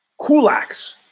kulaks